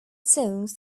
songs